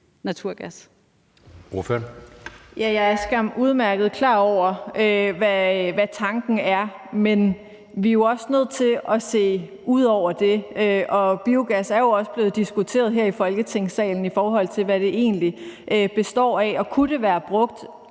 Ja, jeg er skam udmærket klar over, hvad tanken er, men vi er også nødt til at se ud over det. Og biogas er jo også blevet diskuteret her i Folketingssalen, i forhold til hvad det egentlig består af og om det kunne være brugt